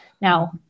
Now